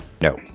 No